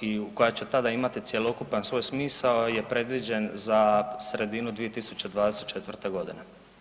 i koja će tada imati cjelokupan svoj smisao je predviđen za sredinu 2024. godine.